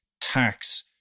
tax